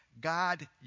God